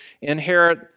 inherit